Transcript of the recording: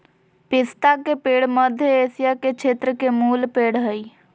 पिस्ता के पेड़ मध्य एशिया के क्षेत्र के मूल पेड़ हइ